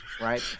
right